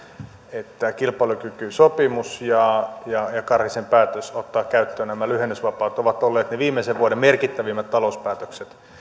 että kilpailukykysopimus ja ja karhisen päätös ottaa käyttöön lyhennysvapaat ovat olleet ne viimeisen vuoden merkittävimmät talouspäätökset